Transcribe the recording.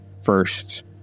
first